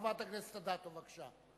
חברת הכנסת אדטו, בבקשה.